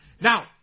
Now